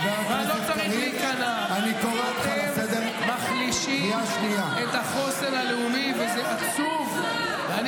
מה עם הספר הירוק של התקציב, סמוטריץ' אני